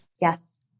Yes